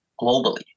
globally